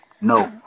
no